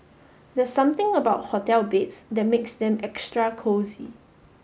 there's something about hotel beds that makes them extra cosy